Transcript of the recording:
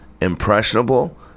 impressionable